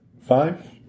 five